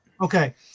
Okay